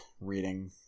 reading